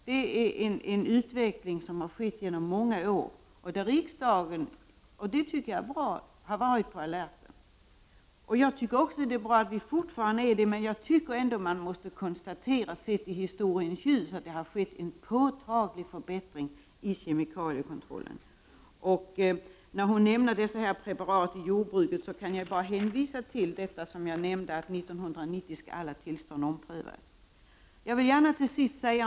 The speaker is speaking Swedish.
Det är en utveckling som har skett under många år och där riksdagen har varit på alerten. Sett i historiens ljus har det ändå skett en påtaglig förbättring av kemikaliekontrollen. När Åsa Domeij nämner preparaten i jordbruket kan jag bara hänvisa till det som jag nämnde, dvs. att alla tillstånd för bekämpningsmedel skall omprövas 1990.